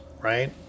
right